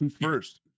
first